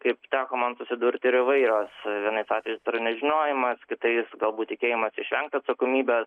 kaip teko man susidurti ir įvairios vienais atvejais per nežinojimą kitais galbūt tikėjimasis išvengti atsakomybės